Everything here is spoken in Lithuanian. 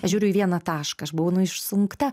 aš žiūriu į vieną tašką aš būnu išsunkta